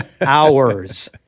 hours